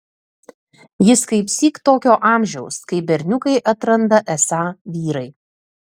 jis kaipsyk tokio amžiaus kai berniukai atranda esą vyrai